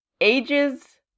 ages